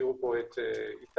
הזכירו פה את איטליה.